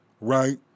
right